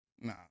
Nah